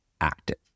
active